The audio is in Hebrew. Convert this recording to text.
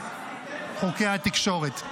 מפניני חוקי התקשורת.